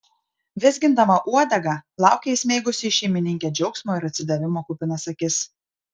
vizgindama uodegą laukė įsmeigusi į šeimininkę džiaugsmo ir atsidavimo kupinas akis